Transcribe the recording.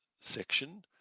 section